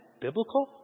Biblical